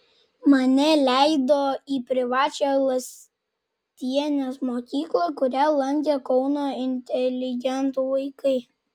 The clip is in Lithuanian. mane leido į privačią lastienės mokyklą kurią lankė kauno inteligentų vaikai